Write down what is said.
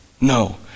No